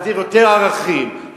לכן מה שחשוב זה להחדיר יותר ערכים,